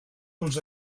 pels